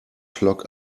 clog